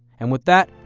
and with that,